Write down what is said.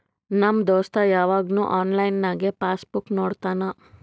ನಮ್ ದೋಸ್ತ ಯವಾಗ್ನು ಆನ್ಲೈನ್ನಾಗೆ ಪಾಸ್ ಬುಕ್ ನೋಡ್ತಾನ